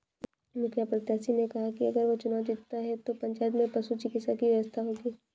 मुखिया प्रत्याशी ने कहा कि अगर वो चुनाव जीतता है तो पंचायत में पशु चिकित्सा की व्यवस्था होगी